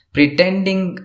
Pretending